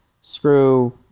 screw